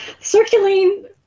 circulating